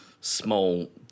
small